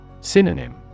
Synonym